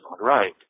right